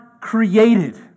created